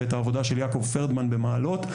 ואת העבודה של יעקב פרדמן במעלות,